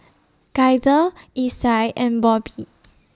Gaither Isai and Bobbi